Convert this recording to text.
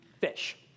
fish